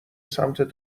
سمت